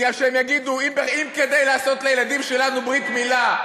מפני שהם יגידו: אם כדי לעשות לילדים שלנו ברית מילה,